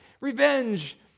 revenge